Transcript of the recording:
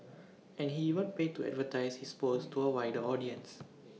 and he even paid to advertise his posts to A wider audience